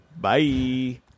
Bye